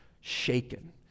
shaken